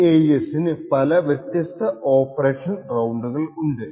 ഈ AES ന് പല വ്യത്യസ്ത ഓപ്പറേഷൻ റൌണ്ടുകൾ ഉണ്ട്